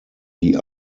die